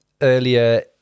earlier